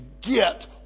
get